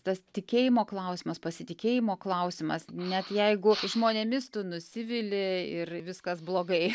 tas tikėjimo klausimas pasitikėjimo klausimas net jeigu žmonėmis tu nusivili ir viskas blogai